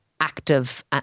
active